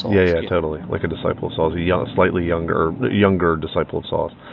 yeah, yeah, totally, like a disciple of sol's, a young a slightly younger, younger disciple of sol's.